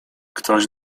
ktoś